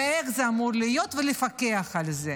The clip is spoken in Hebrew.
איך זה אמור להיות, ולפקח על זה.